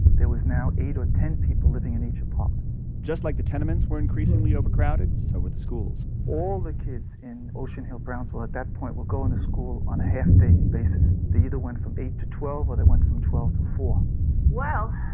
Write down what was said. there was now eight or ten people living in each apartment just like the tenements were increasingly overcrowded, so were the schools all the kids in ocean hill-brownsville at that point were going to school on a half-day basis. they either went from eight to twelve, or they went from twelve to four point well,